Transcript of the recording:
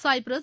Cyprus